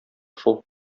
шул